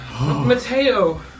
Mateo